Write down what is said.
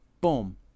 boom